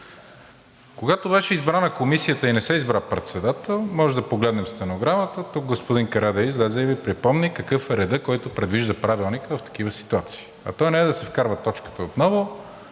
Когато беше избрана Комисията и не се избра председател, може да погледнем стенограмата, тук господин Карадайъ излезе и Ви припомни какъв е редът, който предвижда Правилникът в такива ситуации. А той не е да се вкарва точката отново,